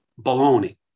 Baloney